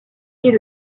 est